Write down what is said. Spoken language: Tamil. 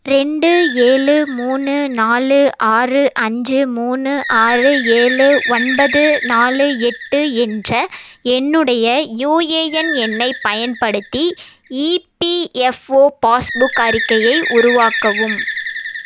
ரெண்டு ஏழு மூணு நாலு ஆறு அஞ்சு மூணு ஆறு ஏழு ஒன்பது நாலு எட்டு என்ற என்னுடைய யூஏஎன் எண்ணைப் பயன்படுத்தி இபிஎஃப்ஓ பாஸ்புக் அறிக்கையை உருவாக்கவும்